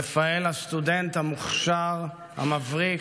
רפאל הסטודנט המוכשר, המבריק,